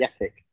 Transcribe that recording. epic